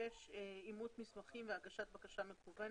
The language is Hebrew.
אימות מסמכים והגשת בקשה מקוונת,